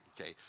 Okay